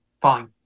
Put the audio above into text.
Fine